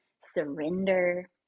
surrender